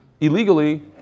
illegally